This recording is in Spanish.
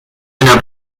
una